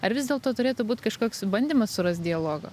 ar vis dėlto turėtų būt kažkoks bandymas surast dialogą